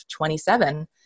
27